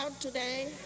today